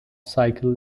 cycle